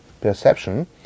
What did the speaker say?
perception